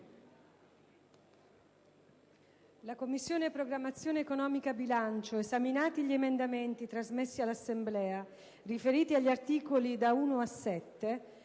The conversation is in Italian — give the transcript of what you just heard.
«La Commissione programmazione economica, bilancio, esaminati gli emendamenti, trasmessi dall'Assemblea, riferiti agli articoli da 1 a 7,